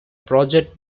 project